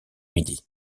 midi